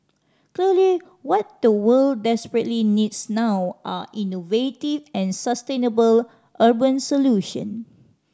clearly what the world desperately needs now are innovative and sustainable urban solution